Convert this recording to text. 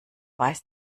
weiß